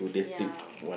ya